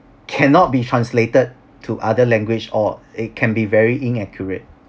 cannot be translated to other language or it can be very inaccurate